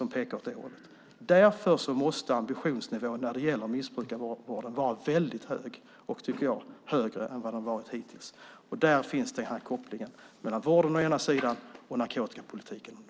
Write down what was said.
Därför måste ambitionsnivån när det gäller missbrukarvården vara väldigt hög. Jag tycker att den måste vara högre än vad den varit hittills, och där finns kopplingen mellan å ena sidan vården och å andra sidan narkotikapolitiken.